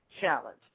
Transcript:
challenge